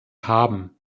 haben